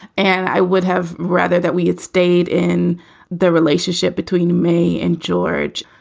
and i would have rather that we had stayed in the relationship between me and george.